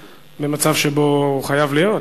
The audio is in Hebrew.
במצב שבו הוא חייב להיות.